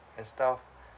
and stuff